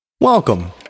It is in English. Welcome